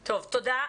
טוב, תודה.